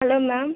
hello ma'am